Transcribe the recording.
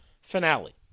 finale